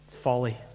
folly